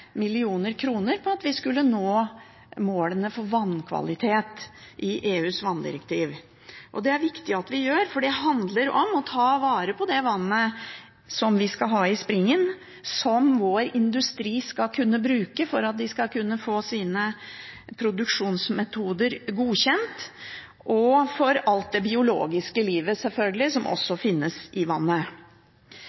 på at vi nådde målene for vannkvalitet i EUs vanndirektiv. Men det er det viktig at vi gjør, for det handler om å ta vare på det vannet vi skal ha i springen, som vår industri skal kunne bruke for at de skal kunne få sine produksjonsmetoder godkjent, og det handler om alt det biologiske livet, selvfølgelig, som også finnes i vannet.